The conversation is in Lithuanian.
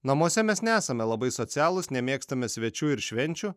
namuose mes nesame labai socialūs nemėgstame svečių ir švenčių